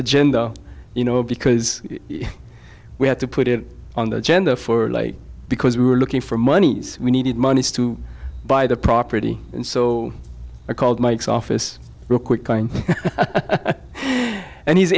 agenda you know because we had to put it on the agenda for late because we were looking for monies we needed money to buy the property and so i called mike's office real quick kind